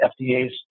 FDA's